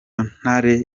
intare